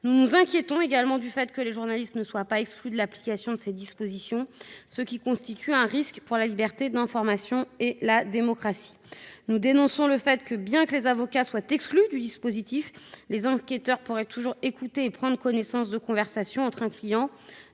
Nous nous inquiétons également du fait que les journalistes ne soient pas exclus de l'application de ces dispositions, ce qui constitue un risque pour la liberté d'information et la démocratie. Nous dénonçons le fait que, bien que les avocats soient exclus du dispositif, les enquêteurs pourraient toujours écouter et prendre connaissance des conversations entre un client